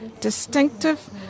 distinctive